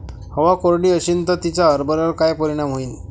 हवा कोरडी अशीन त तिचा हरभऱ्यावर काय परिणाम होईन?